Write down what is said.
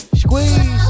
squeeze